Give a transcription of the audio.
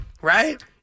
Right